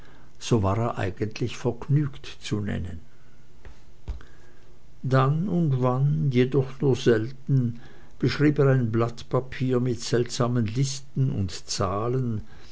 so war er eigentlich vergnügt zu nennen dann und wann jedoch nur selten beschrieb er ein blatt papier mit seltsamen listen und zahlen